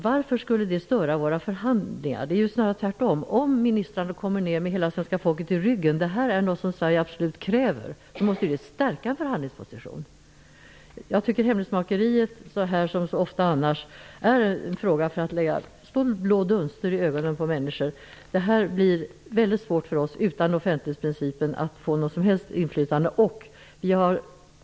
Varför skulle offentlighet på den punkten störa våra förhandlingar? Det är tvärtom snarare så att om ministrarna kommer ned med hela svenska folket bakom ryggen och vet att det gäller något som hela nationen kräver, måste det stärka förhandlingspositionen. Jag tycker att hemlighetsmakeriet i detta sammanhang som så ofta annars är en fråga om att slå blå dunster i ögonen på människorna. Det blir svårt för oss att utan offentlighetsprincipen få något som helst inflytande.